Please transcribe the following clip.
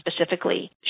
specifically